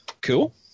Cool